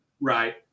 Right